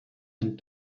and